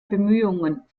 bemühungen